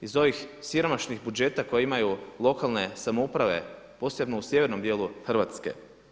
Iz ovih siromašnih budžeta koje imaju lokalne samouprave posebno u sjevernom dijelu Hrvatske.